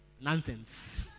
nonsense